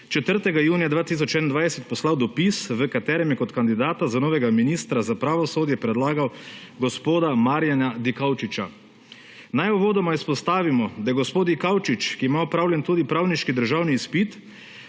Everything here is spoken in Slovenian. – 14.10 (nadaljevanje) v katerem je kot kandidata za novega ministra za pravosodje predlagal gospoda Marjana Dikaučiča. Naj uvodoma izpostavimo, da gospod Dikaučič, ki ima opravljen tudi pravniški državni izpit